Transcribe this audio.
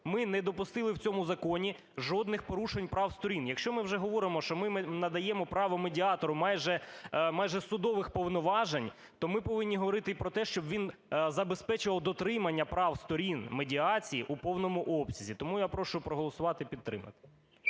ми не допустили в цьому законі жодних порушень прав сторін. Якщо ми вже говоримо, що ми надаємо право медіатору майже судових повноважень, то ми повинні говорити і про те, щоб він забезпечував дотримання прав сторін медіації у повному обсязі. Тому я прошу проголосувати і підтримати.